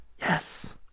Yes